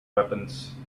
weapons